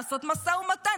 לעשות משא ומתן,